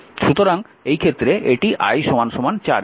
সুতরাং এই ক্ষেত্রে এটি i 4 অ্যাম্পিয়ার